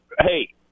hey